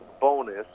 bonus